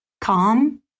calm